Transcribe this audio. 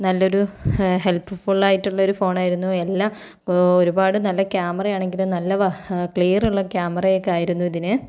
നല്ലൊരു ഹെല്പ്ഫുള്ളായിട്ടുള്ള ഒരു ഫോണായിരുന്നു എല്ലാം ഒരുപാട് നല്ല ക്യാമറ ആണെങ്കിലും നല്ല വഹ് ക്ലിയറുള്ള ക്യാമറയൊക്കെ ആയിരുന്നു ഇതിന്